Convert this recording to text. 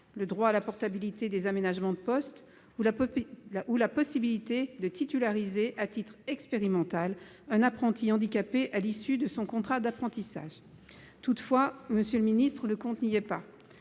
le droit à la portabilité des aménagements de poste ou la possibilité de titulariser, à titre expérimental, un apprenti handicapé à l'issue de son contrat d'apprentissage. Toutefois, monsieur le secrétaire d'État, le compte n'y est pas.